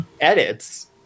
edits